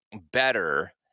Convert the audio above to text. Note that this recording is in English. better